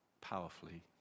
powerfully